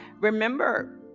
remember